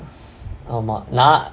or not lah